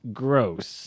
gross